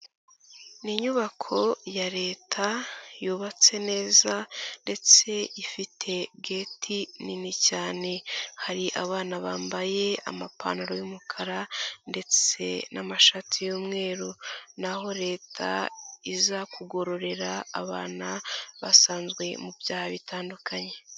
Ni inyubako ya Leta, yubatse neza ndetse ifite geti nini cyane, hari abana bambaye amapantaro y'umukara ndetse n'amashati y'umweru, ni aho Leta iza kugororera abana basanzwe mu byaha bitandukanye.